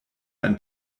ein